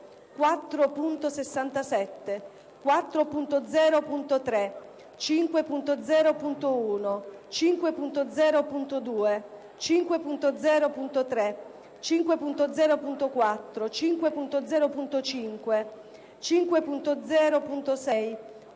4.67, 4.0.3, 5.0.1, 5.0.2, 5.0.3, 5.0.4, 5.0.5, 5.0.6